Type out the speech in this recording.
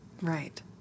Right